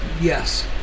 Yes